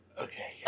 Okay